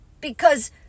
because